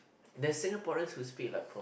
that Singaporean would speak like proper